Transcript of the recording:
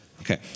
Okay